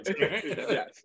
Yes